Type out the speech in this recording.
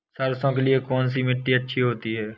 सरसो के लिए कौन सी मिट्टी अच्छी होती है?